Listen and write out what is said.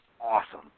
awesome